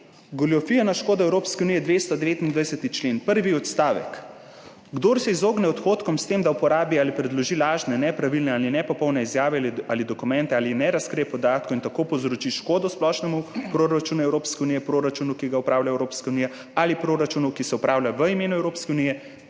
Goljufija na škodo Evropske unije, 229. člen, prvi odstavek: »Kdor se izogne odhodkom s tem, da uporabi ali predloži lažne, nepravilne ali nepopolne izjave ali dokumente ali ne razkrije podatkov in tako povzroči škodo splošnemu proračunu Evropske unije, proračunu, ki ga upravlja Evropska unija, ali proračunu, ki se upravlja v imenu Evropske unije,«